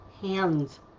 hands